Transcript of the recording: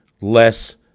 less